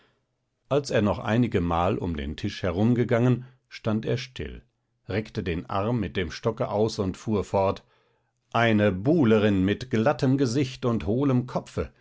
als er noch einigemal um den tisch herumgegangen stand er still reckte den arm mit dem stocke aus und fuhr fort eine buhlerin mit glattem gesicht und hohlem kopfe